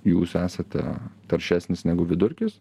jūs esate taršesnis negu vidurkis